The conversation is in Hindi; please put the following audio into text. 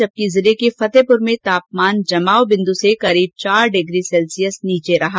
जिले के फतेहपुर में तापमान जमाव बिन्द् से करीब चार डिग्री सेल्सियस नीचे रहा